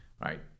right